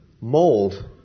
mold